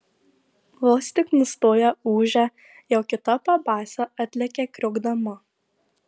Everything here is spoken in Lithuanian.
vos tik nustoja ūžę jau kita pabaisa atlekia kriokdama